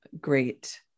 great